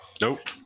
Nope